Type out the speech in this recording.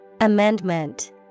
Amendment